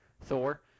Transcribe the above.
Thor